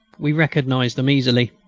we recognised them easily.